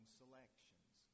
selections